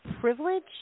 privilege